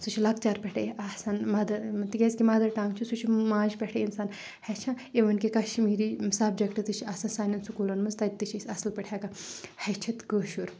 سُہ چھُ لۄکچار پؠٹھٕے آسان مَدَر تِکیازِ کہِ مَدَر ٹنگ چھِ سُہ چھِ ماجہِ پؠٹھٕے ہیٚچھان اِوٕن کہِ کَشمیٖری سَبجکٹ تہِ چھِ آسان سانٮ۪ن سکوٗلن منٛز تَتہِ چھِ أسۍ اَصل پٲٹھۍ ہؠکان ہیٚچھِتھ کٲشُر